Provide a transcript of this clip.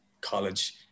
college